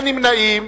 אין נמנעים.